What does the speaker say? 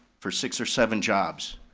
for six or seven jobs.